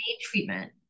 treatment